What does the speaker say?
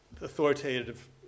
authoritative